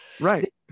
Right